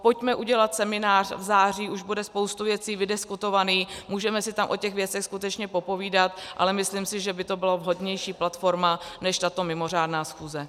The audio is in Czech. Pojďme udělat seminář v září, už bude spousta věcí vydiskutovaných, můžeme si tam o těch věcech skutečně popovídat, ale myslím si, že by to byla vhodnější platforma než tato mimořádná schůze.